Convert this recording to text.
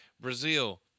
brazil